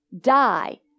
Die